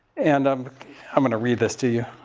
and um i'm going to read this to you.